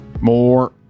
More